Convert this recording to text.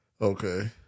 Okay